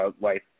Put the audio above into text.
life